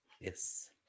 Yes